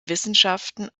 wissenschaften